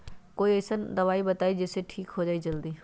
कोई अईसन दवाई बताई जे से ठीक हो जई जल्दी?